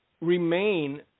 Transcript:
remain